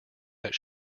that